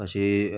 પછી